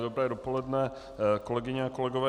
Dobré dopoledne, kolegyně a kolegové.